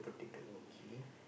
okay